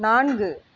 நான்கு